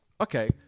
Okay